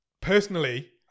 personally